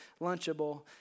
Lunchable